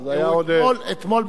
אתמול בנאומים בני דקה